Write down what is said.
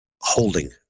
holding